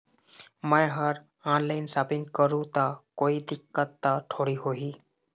मैं हर online shopping करू ता कोई दिक्कत त थोड़ी होही?